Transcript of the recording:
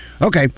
Okay